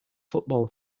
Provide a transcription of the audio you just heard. football